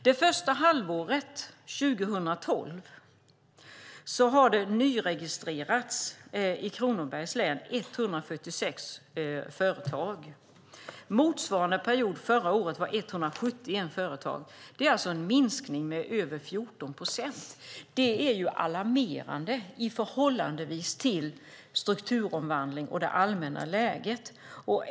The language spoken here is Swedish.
Det första halvåret 2012 har det i Kronobergs län nyregistrerats 146 företag. Motsvarande period förra året var det 171 företag. Det är en minskning med över 14 procent. Det är alarmerande i förhållande till strukturomvandlingen och det allmänna läget.